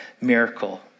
miracle